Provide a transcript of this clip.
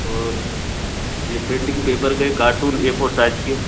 और ये painting paper के कार्टून ए फोर साइज़ के